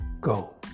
go